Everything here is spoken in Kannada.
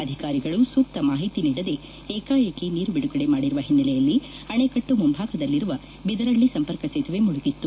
ಅಧಿಕಾರಿಗಳು ಸೂಕ್ತ ಮಾಹಿತಿ ನೀಡದೆ ಏಕಾಏಕಿ ನೀರು ಬಿಡುಗಡೆ ಮಾಡಿರುವ ಹಿನ್ನೆಲೆಯಲ್ಲಿ ಆಣೆಕಟ್ಟು ಮುಂಭಾಗದಲ್ಲಿರುವ ಬಿದರಳ್ಳಿ ಸಂಪರ್ಕ ಸೇತುವೆ ಮುಳುಗಿತ್ತು